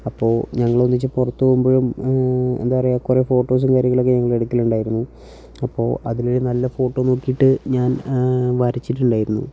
അപ്പോൾ ഞങ്ങളൊന്നിച്ച് പുറത്തു പോകുമ്പോഴും എന്താ പറയുക കുറേ ഫോട്ടോസും കാര്യങ്ങളൊക്കെ ഞങ്ങൾ എടുക്കലുണ്ടായിരുന്നു അപ്പോൾ അതിലൊരു നല്ല ഫോട്ടോ നോക്കിയിട്ട് ഞാൻ വരച്ചിട്ടുണ്ടായിരുന്നു